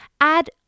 Add